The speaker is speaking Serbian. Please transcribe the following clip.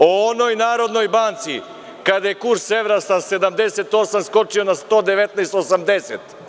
O onoj Narodnoj banci, kada je kurs evra sa 78 skočio na 119,80.